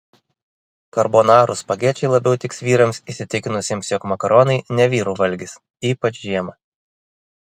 karbonarų spagečiai labiau tiks vyrams įsitikinusiems jog makaronai ne vyrų valgis ypač žiemą